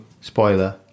spoiler